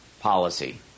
policy